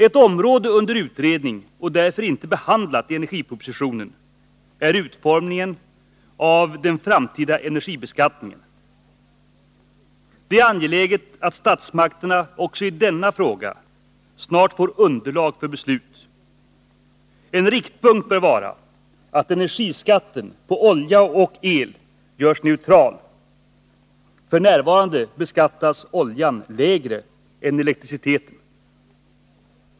Ett område under utredning, och därför inte behandlat i energipropositionen, är utformningen av den framtida energibeskattningen. Det är angeläget att statsmakterna också i denna fråga snart får underlag för beslut. En riktpunkt bör vara att energiskatten på olja och el skall göras neutral. F.n. beskattas oljan lägre än elektriciteten.